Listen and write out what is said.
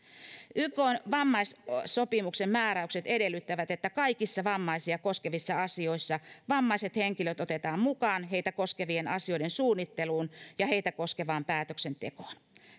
ykn vammaissopimuksen määräykset edellyttävät että kaikissa vammaisia koskevissa asioissa vammaiset henkilöt otetaan mukaan heitä koskevien asioiden suunnitteluun ja heitä koskevaan päätöksentekoon